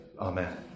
Amen